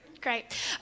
Great